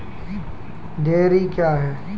Dairy क्या हैं?